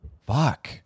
fuck